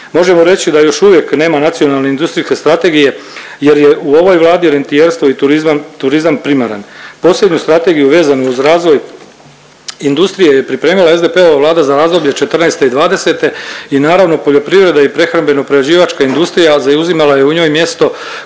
Možemo reći da još uvijek nema nacionalne industrijske strategije jer je u ovoj Vladi rentijerstvo i turizam primaran. Posljednju strategiju vezan uz razvoj industrije je pripremila SDP-ova Vlada za razdoblje '14.-'20. i naravno poljoprivreda i prehrambeno-prerađivačka industrija zauzimala je u njoj mjesto koje